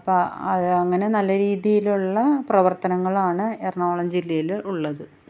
അപ്പം അത് അങ്ങനെ നല്ല രീതിയിലുള്ള പ്രവർത്തനങ്ങളാണ് എറണാകുളം ജില്ലയിൽ ഉള്ളത്